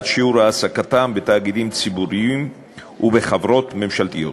שיעור העסקתם בתאגידים ציבוריים וחברות ממשלתיות,